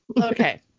Okay